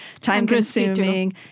time-consuming